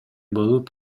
болуп